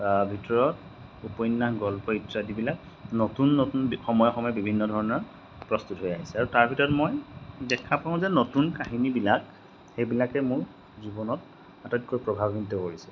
ভিতৰত উপন্যাস গল্প ইত্যাদিবিলাক নতুন নতুন সময়ে সময়ে বিভিন্ন ধৰণৰ প্ৰস্তুত হৈ আহিছে আৰু তাৰ ভিতৰত মই দেখা পাওঁ যে নতুন কাহিনীবিলাক সেইবিলাকে মোৰ জীৱনত আটাইতকৈ প্ৰভাৱান্বিত কৰিছে